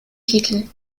titel